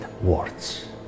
words